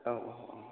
औ औ